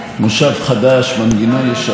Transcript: נו באמת,